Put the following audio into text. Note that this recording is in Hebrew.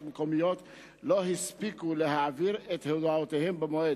מקומיות לא הספיקו להעביר את הודעותיהם במועד,